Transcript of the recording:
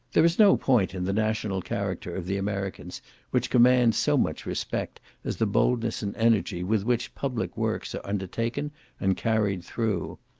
there is no point in the national character of the americans which commands so much respect as the boldness and energy with which public works are undertaken and carried through.